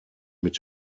mit